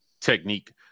Technique